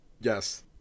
Yes